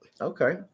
Okay